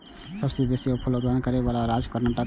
सबसं बेसी फूल उत्पादन करै बला राज्य कर्नाटक छै